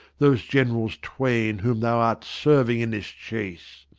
those generals twain whom thou art serving in this chase.